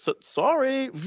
sorry